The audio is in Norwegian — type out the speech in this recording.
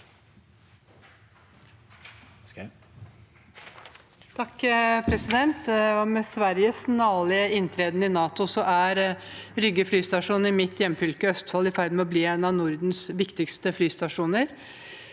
(H) Med Sveriges snarlige inntreden i NATO er Rygge flystasjon i mitt hjemfylke, Østfold, i ferd med å bli en av Nordens viktigste flystasjoner.